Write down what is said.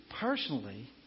personally